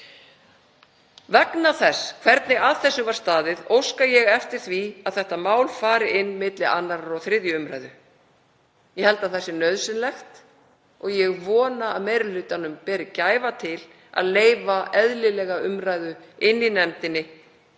Vegna þess hvernig að þessu var staðið óska ég eftir því að þetta mál fari til nefndar milli 2. og 3. umr. Ég held að það sé nauðsynlegt og ég vona að meiri hlutinn beri gæfu til að leyfa eðlilega umræðu í nefndinni